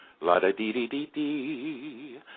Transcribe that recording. La-da-dee-dee-dee-dee